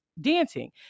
dancing